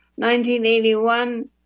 1981